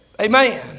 Amen